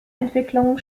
entwicklungen